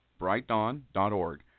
brightdawn.org